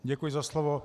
Děkuji za slovo.